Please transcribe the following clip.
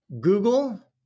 Google